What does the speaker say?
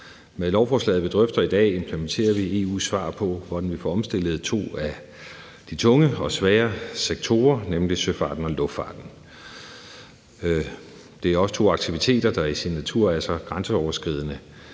Med lovforslaget, vi drøfter i dag, implementerer vi EU's svar på, hvordan vi får omstillet to af de tunge og svære sektorer, nemlig i søfarten og luftfarten. Det er også to aktiviteter, der i deres natur er så grænseoverskridende,